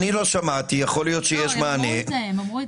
הם אמרו את זה.